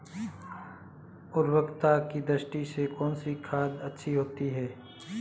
उर्वरकता की दृष्टि से कौनसी खाद अच्छी होती है?